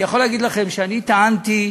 אני יכול להגיד לכם שאני טענתי,